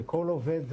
כל עובד,